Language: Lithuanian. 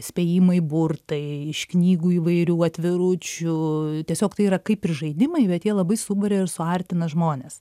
spėjimai burtai iš knygų įvairių atviručių tiesiog tai yra kaip ir žaidimai bet jie labai suburia ir suartina žmones